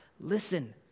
listen